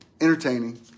entertaining